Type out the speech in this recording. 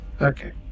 Okay